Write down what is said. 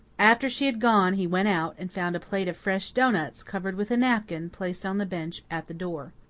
after she had gone he went out, and found a plate of fresh doughnuts, covered with a napkin, placed on the bench at the door.